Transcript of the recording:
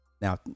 Now